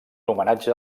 homenatge